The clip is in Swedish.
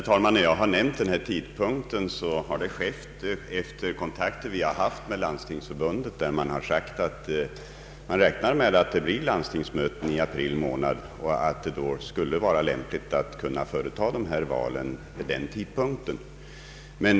Herr talman! Den tidpunkt jag nämnde har bestämts efter kontakter med Landstingsförbundet. Därvid har vi fått uppgift om att landstingen kommer att ha landstingsmöten i april månad och att det skulle vara lämpligt att företa valen vid den tidpunkten.